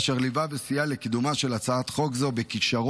אשר ליווה וסייע לקידומה של הצעת חוק זו בכישרון,